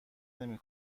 نمی